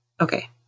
Okay